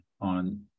on